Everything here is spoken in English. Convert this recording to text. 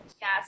Yes